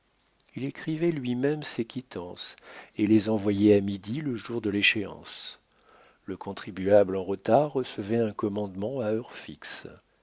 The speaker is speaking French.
il écrivait lui-même ses quittances et les envoyait à midi le jour de l'échéance le contribuable en retard recevait un commandement à heure fixe